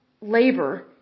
labor